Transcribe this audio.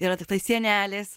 yra tiktai sienelės